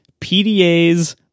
PDAs